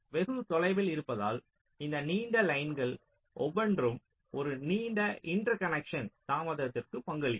வெகு தொலைவில் இருப்பதால் இந்த நீண்ட லைன்கள் ஒவ்வொன்றும் ஒரு நீண்ட இன்டர்கனெஷன் தாமதத்திற்கு பங்களிக்கும்